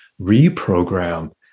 reprogram